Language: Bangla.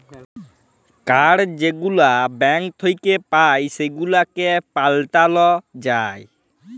কাড় যেগুলা ব্যাংক থ্যাইকে পাই সেগুলাকে পাল্টাল যায়